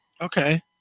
Okay